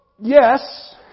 Yes